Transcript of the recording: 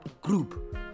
group